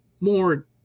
more